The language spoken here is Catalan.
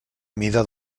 mida